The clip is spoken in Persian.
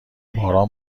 باران